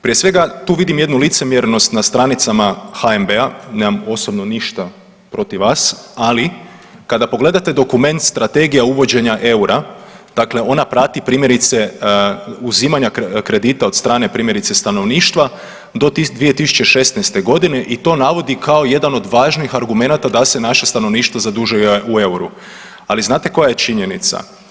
Prije svega tu vidim jednu licemjernost na stranicama HNB-a, nemamo osobno ništa protiv vas, ali kada pogledate dokument Strategija uvođenja EUR-a, dakle ona prati primjerice uzimanja kredita od strane primjerice stanovništva do 2016.g. i to navodi kao jedan od važnih argumenta da se naše stanovništvo zadužuje u EUR-u, ali znate koja je činjenica?